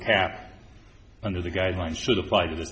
cap under the guidelines should apply to th